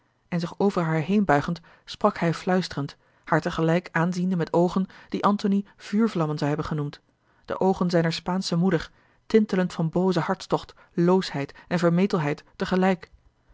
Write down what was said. en zich over haar heenbuigend sprak hij fluisterend haar tegelijk aanziende met oogen die antony vuurvlammen zou hebben genoemd de oogen zijner spaansche moeder tintelend van boozen hartstocht loosheid en vermetelheid